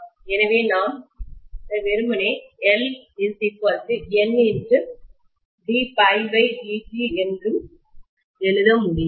எனவே நான் வெறுமனே LNd∅di என்று எழுத முடியும்